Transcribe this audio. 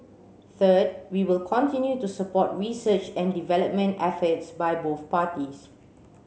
third we will continue to support research and development efforts by both parties